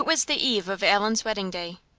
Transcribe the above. it was the eve of allan's wedding-day.